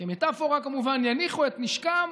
כמטפורה, כמובן, יניחו את נשקם,